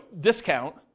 discount